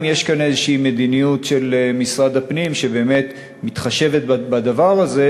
אם יש כאן איזו מדיניות של משרד הפנים שבאמת מתחשבת בדבר הזה,